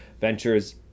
ventures